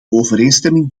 overeenstemming